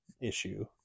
issue